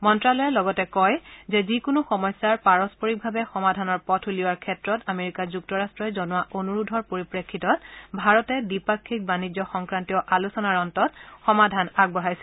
মন্তালয়ে লগতে কয় যে যিকোনো সমস্যাৰ পাৰস্পৰিকভাৱে সমাধানৰ পথ উলিওৱাৰ ক্ষেত্ৰত আমেৰিকা যুক্তৰাট্টই জনোৱা অনুৰোধৰ পৰিপ্ৰেক্ষিতত ভাৰতে দ্বিপাক্ষিক বাণিজ্য সংক্ৰান্তীয় আলোচনাৰ অন্তত সমাধান আগবঢ়াইছিল